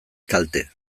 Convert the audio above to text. kalte